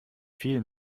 vielen